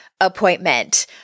appointment